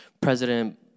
President